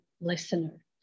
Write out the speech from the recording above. listener